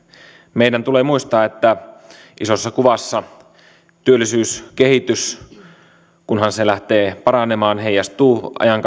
meidän tulee muistaa että isossa kuvassa työllisyyskehitys kunhan se lähtee paranemaan heijastuu ajan